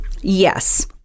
Yes